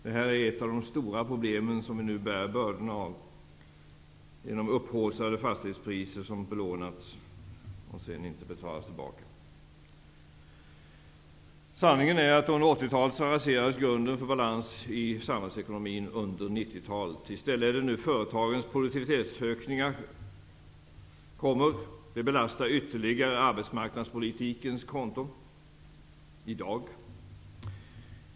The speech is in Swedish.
Detta är ett av de stora problem som vi nu bär bördorna av -- upphaussade priser på fastigheter, vilka belånades, men lånen kan sedan inte betalas tillbaka. Sanningen är att under 80-talet raserades grunden för balans i samhällsekonomin under 90-talet. I stället är det nu som företagens produktivitetsökningar kommer. Det belastar ytterligare arbetsmarknadspolitikens konton i dag.